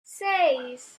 seis